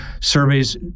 Surveys